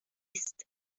است